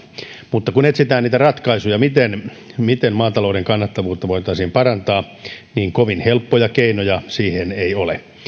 mutta kun etsitään niitä ratkaisuja miten miten maatalouden kannattavuutta voitaisiin parantaa niin kovin helppoja keinoja siihen ei ole